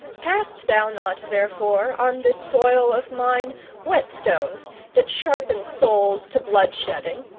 cast thou not therefore on this soil of mine whetstones that sharpen souls to bloodshedding.